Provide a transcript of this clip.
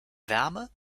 wärme